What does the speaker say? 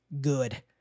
good